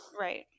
right